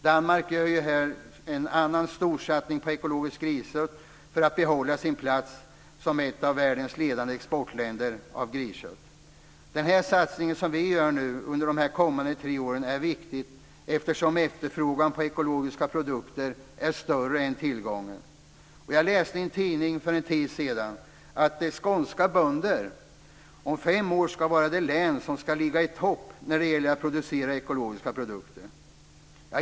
Danmark gör ju här en annan storsatsning på ekologiskt griskött för att behålla sin plats som ett av världens ledande exportländer av griskött. Den satsning vi nu gör under de kommande tre åren är viktig eftersom efterfrågan på ekologiska produkter är större än tillgången. Jag läste i en tidning för en tid sedan om skånska bönder. Skåne ska om fem år vara det län som ska ligga i topp när det gäller att producera ekologiska produkter.